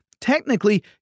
Technically